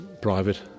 private